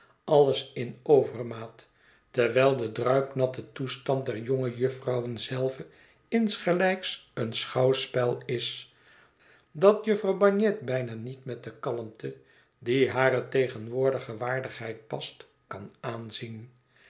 alles in overmaat terwijl de druipnatte toestand der jonge jufvrouwen zelven insgelijks een schouwspel is dat jufvrouw bagnet bijna niet met de kalmte die hare tegenwoordige waardigheid past kan aanzien